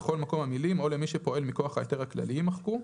ובכל מקום המילים "או למי שפועל מכוח ההיתר הכללי" יימחקו.